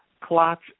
clots